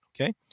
Okay